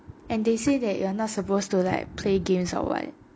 and they say that you are not supposed to like play games or what